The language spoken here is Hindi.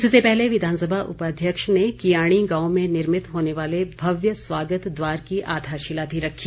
इससे पहले विधानसभा उपाध्यक्ष ने कियाणी गांव में निर्मित होने वाले भव्य स्वागत द्वार की आधारशिला भी रखी